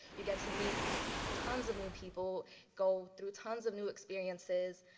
you get to meet tons of new people go through tons of new experiences.